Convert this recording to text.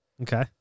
Okay